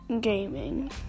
gaming